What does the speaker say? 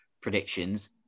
predictions